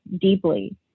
deeply